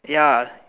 ya